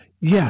Yes